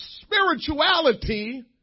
spirituality